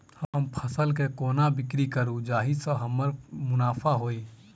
हम फसल केँ कोना बिक्री करू जाहि सँ हमरा मुनाफा होइ?